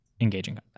engaging